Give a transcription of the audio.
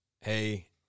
Hey